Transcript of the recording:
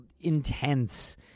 intense